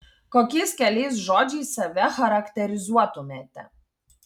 kokiais keliais žodžiais save charakterizuotumėte